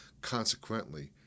Consequently